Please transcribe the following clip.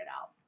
out